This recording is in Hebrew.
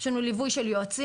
יש לנו ליווי של יועצים,